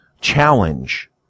challenge